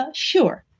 ah sure.